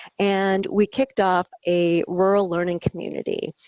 and we kicked off a rural learning community.